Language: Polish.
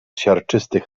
siarczystych